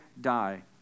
die